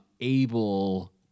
able